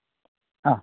ആ